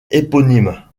éponyme